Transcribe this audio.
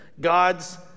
God's